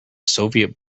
soviet